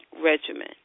regimen